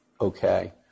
okay